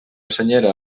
senyera